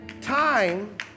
Time